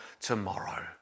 tomorrow